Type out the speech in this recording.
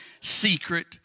secret